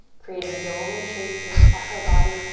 creating a doming shape in the upper body.